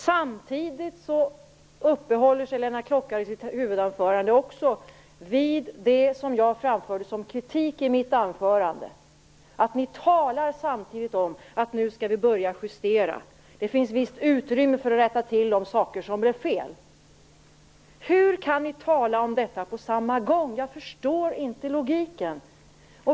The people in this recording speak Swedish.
Samtidigt uppehåller han sig i sitt huvudanförande också vid det som jag framförde som kritik i mitt anförande, dvs. att Socialdemokraterna samtidigt börjar tala om att man nu skall börja justera. Det finns visst utrymme för att rätta till de saker som blev fel. Hur kan man tala om detta på samma gång? Jag förstår inte logiken!